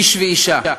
איש ואישה,